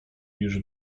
już